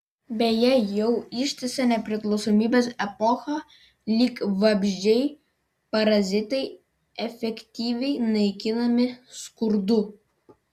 beje jau ištisą nepriklausomybės epochą lyg vabzdžiai parazitai efektyviai naikinami skurdu